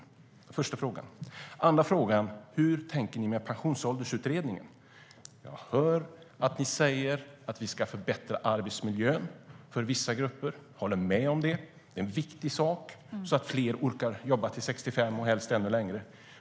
Det är första frågan. Andra frågan är: Hur tänker ni göra med Pensionsåldersutredningen? Jag hör att ni säger att vi ska förbättra arbetsmiljön för vissa grupper. Jag håller med om det. Det är viktigt för att fler ska orka jobba till 65 och helst ännu längre.